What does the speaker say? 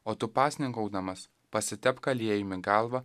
o tu pasninkaudamas pasitepk aliejumi galvą